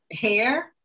hair